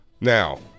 Now